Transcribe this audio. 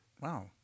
Wow